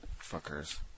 Fuckers